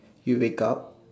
you'll wake up